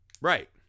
right